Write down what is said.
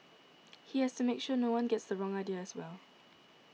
he has to make sure no one gets the wrong idea as well